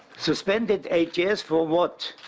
suspended eight years for what?